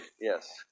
yes